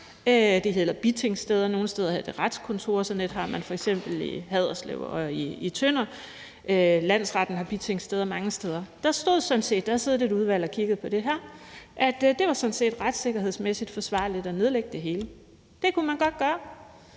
De hedder bitingssteder, nogle steder hedder det retskontorer. Sådan et har man f.eks. i Haderslev og i Tønder. Landsretten har bitingssteder mange steder. Der stod sådan set – der har siddet et udvalg og kigget på det her – at det var retssikkerhedsmæssigt forsvarligt at nedlægge det hele. Det kunne man godt gøre.